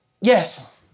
Yes